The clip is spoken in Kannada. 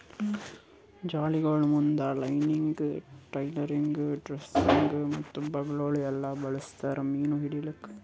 ಜಾಲಿಗೊಳ್ ಮುಂದ್ ಲಾಂಗ್ಲೈನಿಂಗ್, ಟ್ರೋಲಿಂಗ್, ಡ್ರೆಡ್ಜಿಂಗ್ ಮತ್ತ ಬಲೆಗೊಳ್ ಎಲ್ಲಾ ಬಳಸ್ತಾರ್ ಮೀನು ಹಿಡಿಲುಕ್